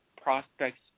prospects